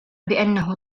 بأنه